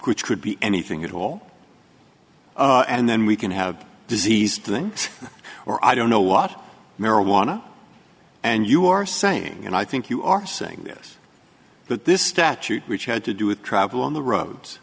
which could be anything at all and then we can have disease thing or i don't know what marijuana and you are saying and i think you are saying this but this statute which had to do with travel on the roads